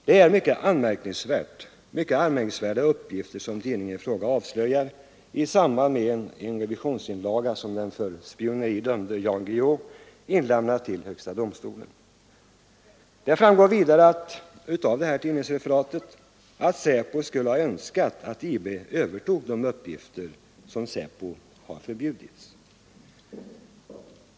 Det är mycket anmärkningsvärda uppgifter som tidningen i fråga avslöjar i samband med behandlingen av en revisionsinlaga som den för spioneri dömde Jan Guillou inlämnat till högsta domstolen. Det framgår vidare av tidningsreferatet att SÄPO skulle ha önskat att IB övertog de uppgifter som SÄPO förbjudits att utföra.